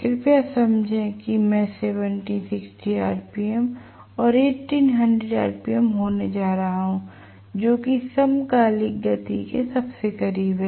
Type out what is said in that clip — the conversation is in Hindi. कृपया समझें कि मैं 1760 आरपीएम और 1800 आरपीएम होने जा रहा हूं जो भी समकालिक गति के सबसे करीब है